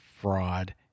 fraud